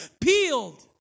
peeled